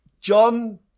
John